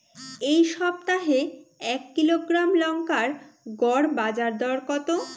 এই সপ্তাহে এক কিলোগ্রাম লঙ্কার গড় বাজার দর কত?